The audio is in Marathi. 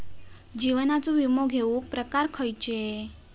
जीवनाचो विमो घेऊक प्रकार खैचे?